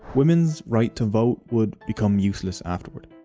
women's right to vote would become useless afterward.